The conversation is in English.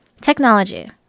Technology